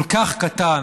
כל כך קטן,